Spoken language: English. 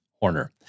Horner